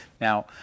Now